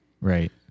Right